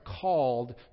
called